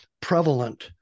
prevalent